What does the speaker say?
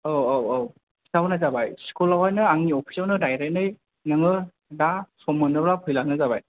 औ औ औ खिन्थाहरनाय जाबाय स्कुलावहायनो आंनि अफिसावनो दायरेखनो नोङो दा सम मोनोबा फैब्लानो जाबाय